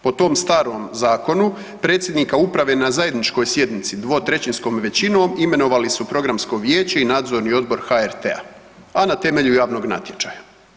Po tom starom zakonu predsjednika uprave na zajedničkoj sjednici dvotrećinskom većinom imenovali su Programsko vijeće i Nadzorni odbor HRT-a a na temelju javnog natječaja.